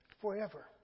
forever